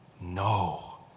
No